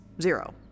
zero